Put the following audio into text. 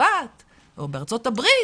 ובצרפת ובארצות הברית